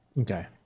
Okay